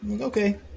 Okay